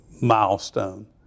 milestone